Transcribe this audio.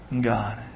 God